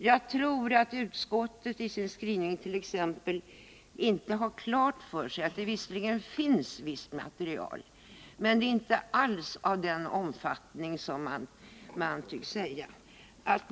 Jag tror att utskottet visserligen har klart för sig att det finns ett visst material men inte att det inte alls är av den omfattning som man tycks vilja framhålla i sin skrivning.